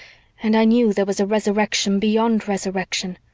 and i knew there was a resurrection beyond resurrection,